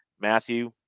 Matthew